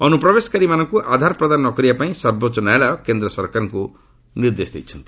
ଅନୁପ୍ରବେଶକାରୀଙ୍କୁ ଆଧାର ପ୍ରଦାନ ନ କରିବା ପାଇଁ ସର୍ବୋଚ୍ଚ ନ୍ୟାୟାଳୟ କେନ୍ଦ୍ର ସରକାରଙ୍କୁ ନିର୍ଦ୍ଦେଶ ଦେଇଛନ୍ତି